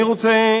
אני רוצה,